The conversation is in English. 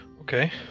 Okay